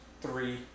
three